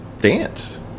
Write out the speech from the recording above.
dance